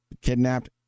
kidnapped